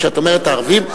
כשאת אומרת "הערבים".